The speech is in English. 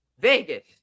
Vegas